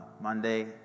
Monday